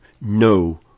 no